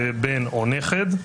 זה בן או נכד.